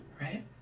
Right